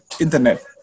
internet